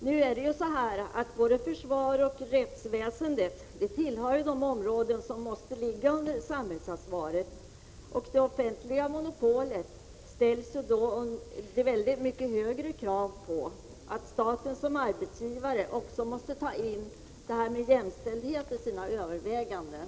Nu är det emellertid så att både försvaret och rättsväsendet tillhör de områden som måste ligga under samhällsansvaret, och därför ställs det ofantligt mycket högre krav på det offentliga monopolet. Staten som arbetsgivare måste också ta in jämställdheten i sina överväganden.